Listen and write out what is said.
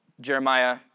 Jeremiah